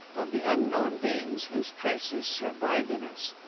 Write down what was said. of the unknown beings whose traces survive in us.